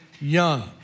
young